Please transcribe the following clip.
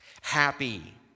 Happy